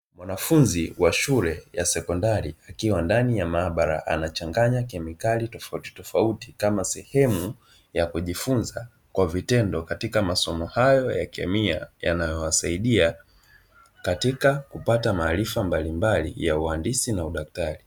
Mwanafunzi wa shule ya sekondari akiwa ndani ya maabara anachanganya kemikali tofautitofauti kama sehemu ya kujifunza kwa vitendo katika masomo hayo ya kemia yanayowasaidia katika kupata maarifa mbalimbali ya uhandisi na udaktari.